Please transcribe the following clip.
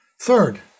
Third